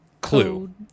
clue